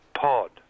pod